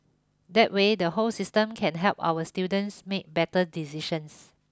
that way the whole system can help our students make better decisions